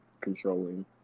controlling